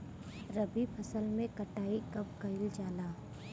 रबी फसल मे कटाई कब कइल जाला?